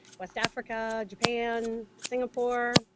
west africa, japan, singapore,